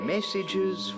Messages